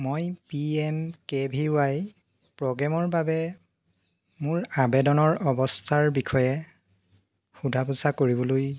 মই P N K V Y প্ৰ'গ্ৰেমৰ বাবে মোৰ আৱেদনৰ অৱস্থাৰ বিষয়ে সোধা পোছা কৰিবলৈ